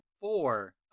Four